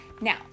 Now